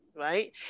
right